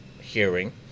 hearing